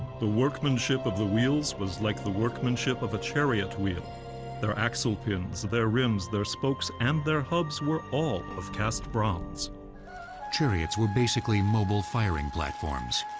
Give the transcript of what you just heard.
the workmanship of the wheels was like the workmanship of a chariot wheel their axle pins, their rims, their spokes, and their hubs were all of cast bronze. narrator chariots were basically mobile firing platforms.